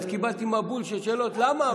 ואז קיבלתי מבול של שאלות: למה,